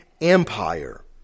empire